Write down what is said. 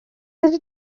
ydy